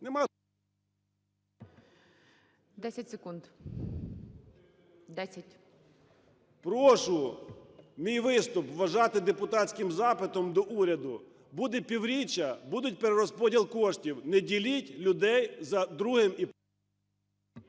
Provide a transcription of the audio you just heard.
секунд. 10. РУДИК С.Я. Прошу мій виступ вважати депутатським запитом до уряду. Буде півріччя, буде перерозподіл коштів, не діліть людей за другим…